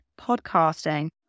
podcasting